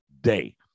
day